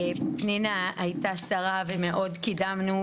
פנינה הייתה שרה ומאוד קידמנו,